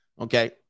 Okay